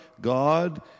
God